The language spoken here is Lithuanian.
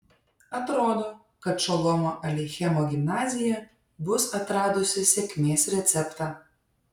atrodo kad šolomo aleichemo gimnazija bus atradusi sėkmės receptą